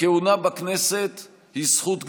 הכהונה בכנסת היא זכות גדולה,